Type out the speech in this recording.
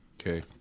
Okay